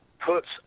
puts